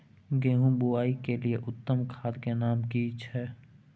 गेहूं बोअ के लिये उत्तम खाद के नाम की छै?